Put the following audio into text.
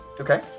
Okay